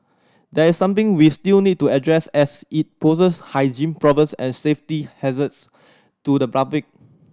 there something we still need to address as it poses hygiene problems and safety hazards to the public